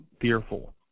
fearful